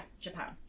Japan